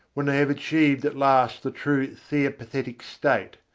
when they have achieved at last the true theopathetic state,